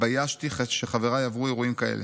התביישתי שחבריי עברו אירועים כאלה.